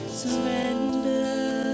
surrender